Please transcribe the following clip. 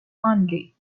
only